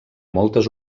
moltes